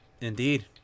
Indeed